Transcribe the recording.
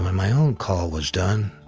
my own call was done,